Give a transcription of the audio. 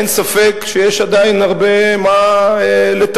אין ספק שיש עדיין הרבה מה לתקן.